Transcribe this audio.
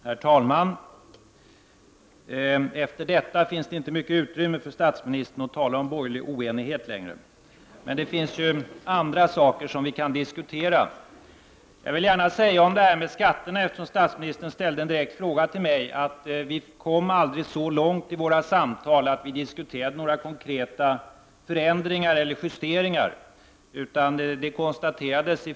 Herr talman! Efter detta finns det inte längre mycket utrymme för statsministern att tala om borgerlig oenighet, men det finns andra saker som vi kan diskutera. Statsministern ställde en direkt fråga till mig om skatterna. På den vill jag svara att vi aldrig kom så långt i våra samtal att vi diskuterade konkreta förändringar eller justeringar.